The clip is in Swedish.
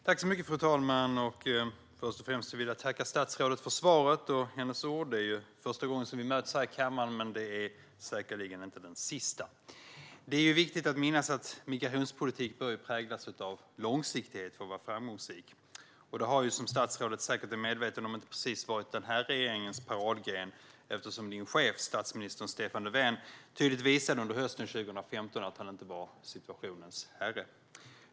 Fru talman! Först och främst vill jag tacka statsrådet för svaret och för hennes ord. Det är första gången vi möts här i kammaren, men det är säkerligen inte den sista. Det är viktigt att minnas att migrationspolitik bör präglas av långsiktighet för att vara framgångsrik. Det har ju, som statsrådet säkert är medveten om, inte precis varit den här regeringens paradgren i och med att statsrådets chef Stefan Löfven under hösten 2015 tydligt visade att han inte var situationens herre.